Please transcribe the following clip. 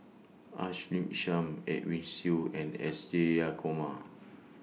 Ashley Isham Edwin Siew and S Jayakumar